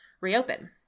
Reopen